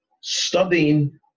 studying